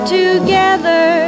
together